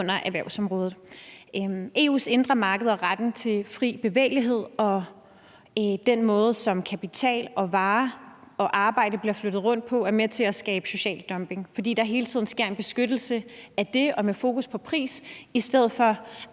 under erhvervsområdet. EU's indre marked og retten til fri bevægelighed og den måde, som kapital, varer og arbejde bliver flyttet rundt på, er med til at skabe social dumping, fordi der hele tiden sker en beskyttelse af det med fokus på pris i stedet for